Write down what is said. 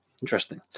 Interesting